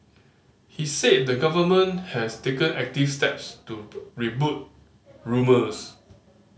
he said the Government has taken active steps to rebut rumours